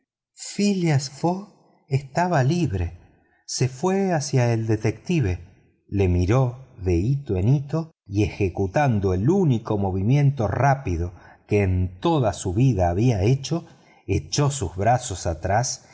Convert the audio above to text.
fogg estaba libre se fue hacia el detective lo miró de hito en hito y ejecutando el único movimiento rápido que en toda su vida había hecho echó sus brazos atrás